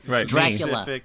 Dracula